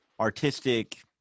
artistic